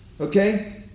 Okay